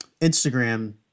Instagram